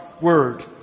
word